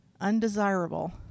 undesirable